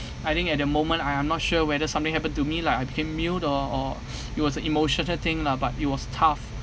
I think at the moment I I'm not sure whether something happened to me lah I became mute or or it was a emotional thing lah but it was tough